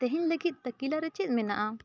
ᱛᱮᱦᱮᱧ ᱞᱟᱹᱜᱤᱫ ᱛᱟᱹᱞᱠᱟ ᱨᱮ ᱪᱮᱫ ᱢᱮᱱᱟᱜᱼᱟ